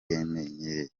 yamenyereye